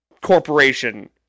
corporation